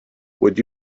would